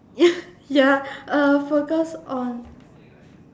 ya focus on